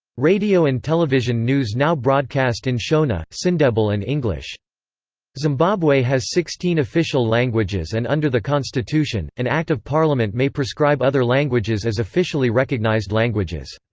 radio and television news now broadcast in shona, sindebele and english zimbabwe has sixteen official languages and under the constitution, an act of parliament may prescribe other languages as officially recognised languages.